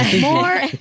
More